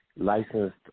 licensed